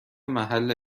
محل